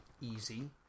easy